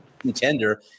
contender